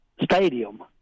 Stadium